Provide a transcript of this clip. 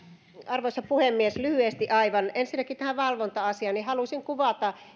arvoisa puhemies aivan ensinnäkin lyhyesti tähän valvonta asiaan haluaisin kuvata